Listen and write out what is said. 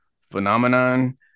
phenomenon